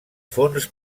fons